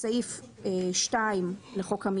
(2)בסעיף 1ג(ג),